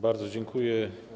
Bardzo dziękuję.